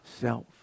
Self